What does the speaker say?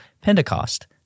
Pentecost